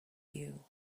you